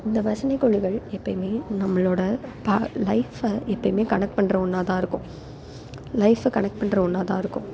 இந்த பஜனைக்குழுக்கள் எப்பயுமே நம்மளோட லைஃப்பை எப்பயுமே கனெக்ட் பண்ணுற ஒன்னாக தான் இருக்கும் லைஃப்பை கனெக்ட் பண்ணுற ஒன்னாக தான் இருக்கும்